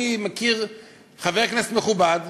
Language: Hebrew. אני מכיר חבר כנסת מכובד,